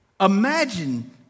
Imagine